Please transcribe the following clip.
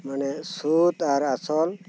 ᱢᱟᱱᱮ ᱥᱩᱫᱽ ᱟᱨ ᱟᱥᱚᱞ